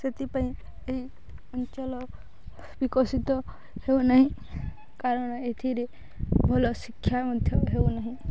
ସେଥିପାଇଁ ଏଇ ଅଞ୍ଚଳ ବିକଶିତ ହେଉନାହିଁ କାରଣ ଏଥିରେ ଭଲ ଶିକ୍ଷା ମଧ୍ୟ ହେଉନାହିଁ